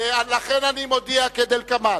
לכן, אני מודיע כדלקמן: